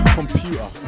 computer